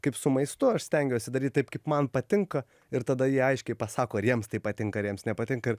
kaip su maistu aš stengiuosi daryt taip kaip man patinka ir tada jie aiškiai pasako ar jiems tai patinkaar jiems nepatinka